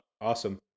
Awesome